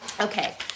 okay